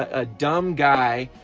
ah dumb guy,